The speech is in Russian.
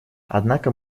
однако